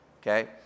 Okay